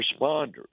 responders